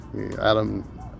Adam